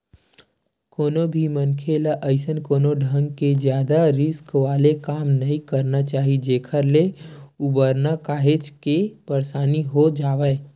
कोनो भी मनखे ल अइसन कोनो ढंग के जादा रिस्क वाले काम नइ करना चाही जेखर ले उबरना काहेक के परसानी हो जावय